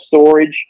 Storage